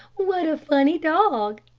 what a funny dog,